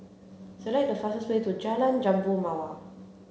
select the fastest way to Jalan Jambu Mawar